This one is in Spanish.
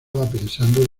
pensando